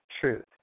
truth